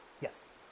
Yes